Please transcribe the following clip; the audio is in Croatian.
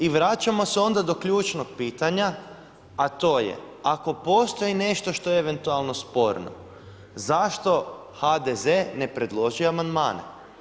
I vraćamo se onda do ključnog pitanja, a to je, ako postoji nešto što je eventualno sporno, zašto HDZ ne predloži amandmane.